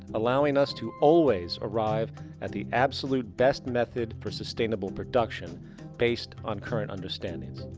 allowing us to always arrive at the absolute best method for sustainable production based on current understandings.